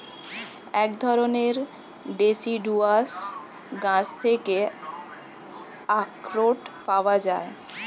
এক ধরণের ডেসিডুয়াস গাছ থেকে আখরোট পাওয়া যায়